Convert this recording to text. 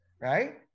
Right